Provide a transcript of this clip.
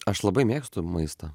aš labai mėgstu maistą